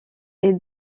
est